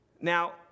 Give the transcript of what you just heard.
Now